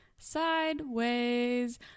sideways